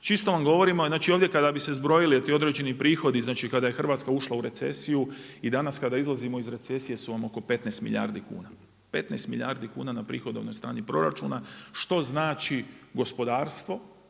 Čisto vam govorim, znači ovdje kada bi se zbrojili ti određeni prihodi kada je Hrvatska ušla u recesiju i danas kada izlazimo i recesije su vam oko 15 milijardi kuna. 15 milijardi kuna na prihodovnoj strani proračuna, što znači gospodarstvo,